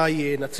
ויש לו,